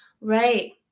Right